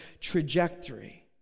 trajectory